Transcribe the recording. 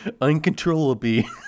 uncontrollably